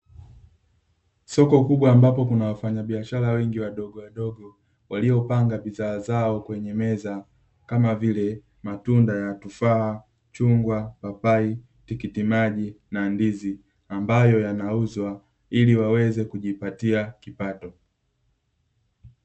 Soko kubwa, ambapo kuna wafanyabiashara wengi wadogowadogo waliopanga bidhaa zao kwenye meza kama vile; matunda ya tufaa, chungwa, papai, tikiti maji na ndizi ambayo yanauzwa ili waweze kujipatia kipato.